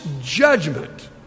judgment